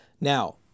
now